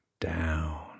down